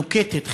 נוקטת,